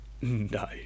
No